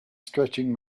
stretching